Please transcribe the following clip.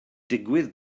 digwydd